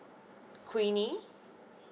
queenie